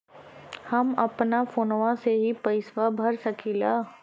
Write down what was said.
हम अपना फोनवा से ही पेसवा भर सकी ला?